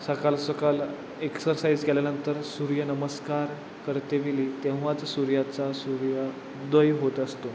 सकाळ सकाळ एक्सरसाइज केल्यानंतर सूर्यनमस्कार करतेवेळी तेव्हाच सूर्याचा सूर्य उदय होत असतो